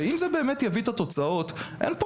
אם זה באמת יביא את התוצאות אין פה